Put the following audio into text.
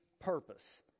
purpose